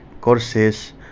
courses